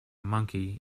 monkey